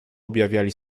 objawiali